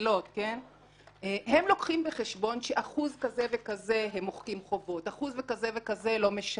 הרגילות הם מביאים בחשבון שאחוז כזה וכזה הם מוחקים חובות,